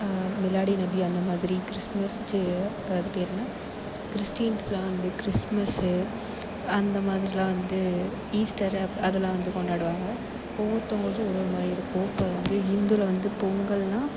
மிலாடி நபி அந்தமாதிரி கிறிஸ்துமஸ் அது பேரு என்ன கிறிஸ்டீன்ஸ்லாம் வந்து கிறிஸ்துமஸ்ஸு அந்தமாதிரிலாம் வந்து ஈஸ்டர் அதெல்லாம் வந்து கொண்டாடுவாங்க ஒவ்வொருத்தவங்களுக்கும் ஒவ்வொரு மாதிரி இருக்கும் இப்போ வந்து இந்துல வந்து பொங்கல்ன்னா